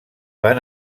van